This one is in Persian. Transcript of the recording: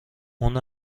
اون